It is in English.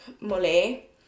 Molly